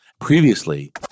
Previously